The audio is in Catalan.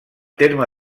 terme